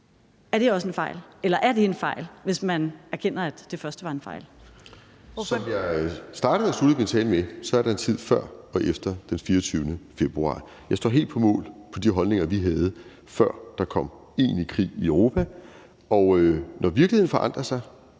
Ellemann): Ordføreren. Kl. 12:09 Martin Lidegaard (RV): Som jeg startede og sluttede min tale med, er der en tid før og efter den 24. februar. Jeg står helt på mål for de holdninger, vi havde, før der kom egentlig krig i Europa. Når virkeligheden forandrer sig,